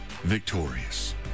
victorious